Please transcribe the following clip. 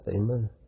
Amen